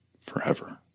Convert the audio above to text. Forever